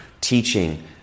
teaching